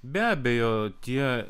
be abejo tie